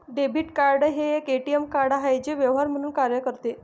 debit card हे एक ATM card आहे जे व्यवहार म्हणून कार्य करते